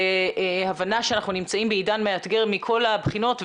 הבנה שאנחנו נמצאים בעידן מאתגר מכל הבחינות,